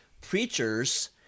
preachers